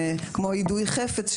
כמו יידוי חפץ,